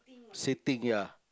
sitting ya